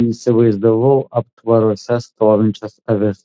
įsivaizdavau aptvaruose stovinčias avis